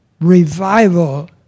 revival